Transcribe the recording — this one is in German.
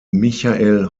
michael